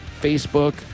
Facebook